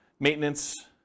Maintenance